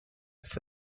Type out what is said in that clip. for